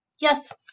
Yes